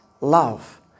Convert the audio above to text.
love